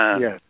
yes